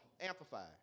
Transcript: amplify